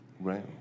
Right